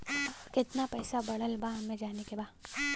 और कितना पैसा बढ़ल बा हमे जाने के बा?